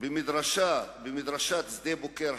במדרשת שדה-בוקר,